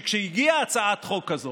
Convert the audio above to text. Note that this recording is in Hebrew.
שכשהגיעה הצעת חוק כזאת,